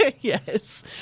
yes